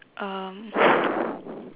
um